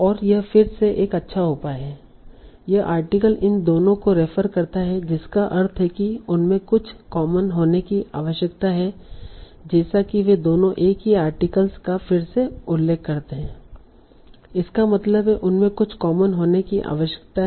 और यह फिर से एक अच्छा उपाय है यह आर्टिकल इन दोनों को रेफ़र करता है जिसका अर्थ है कि उनमे कुछ कॉमन होने की आवश्यकता है जैसा कि वे दोनों एक ही आर्टिकल का फिर से उल्लेख करते हैं इसका मतलब है उनमे कुछ कॉमन होने की आवश्यकता है